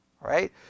Right